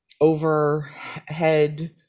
overhead